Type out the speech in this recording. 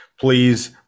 please